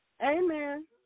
Amen